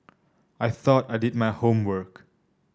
I thought I did my homework